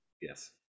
Yes